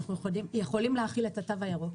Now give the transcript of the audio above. אנחנו יכולים להחיל את התו הירוק.